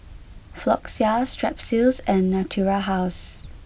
Floxia Strepsils and Natura House